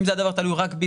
אם הדבר היה תלוי רק בי,